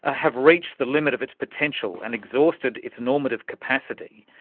ah have reached the limit of its potential and exhausted its normative capacity.